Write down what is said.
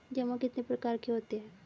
जमा कितने प्रकार के होते हैं?